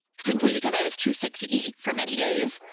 simply because i was too sick to eat for many days.